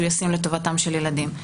שהוא ישיטם לטובתם של ילדים.